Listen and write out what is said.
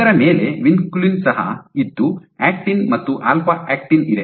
ಇದರ ಮೇಲೆ ವಿನ್ಕುಲಿನ್ ಸಹ ಇದ್ದು ಆಕ್ಟಿನ್ ಮತ್ತು ಆಲ್ಫಾ ಆಕ್ಟಿನ್ ಇದೆ